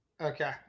Okay